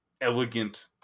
elegant